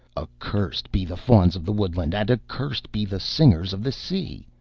accursed be the fauns of the woodland, and accursed be the singers of the sea!